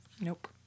Nope